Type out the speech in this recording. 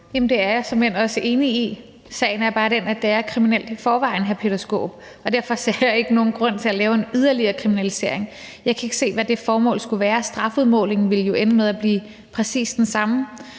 det er jeg såmænd også enig i, men sagen er bare den, at det er kriminelt i forvejen, hr. Peter Skaarup, og derfor ser jeg ikke nogen grund til at lave en yderligere kriminalisering. Jeg kan ikke se, hvad formålet skulle være, for strafudmålingen vil jo ende med at blive præcis den samme.